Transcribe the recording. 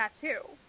tattoo